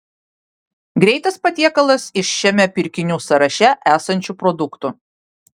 greitas patiekalas iš šiame pirkinių sąraše esančių produktų